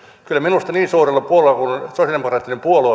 kyllä minusta niin suurella puolueella kuin sosiaalidemokraattinen puolue